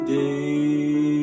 day